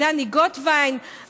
דני גוטווין,